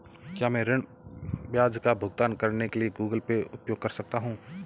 क्या मैं ऋण ब्याज का भुगतान करने के लिए गूगल पे उपयोग कर सकता हूं?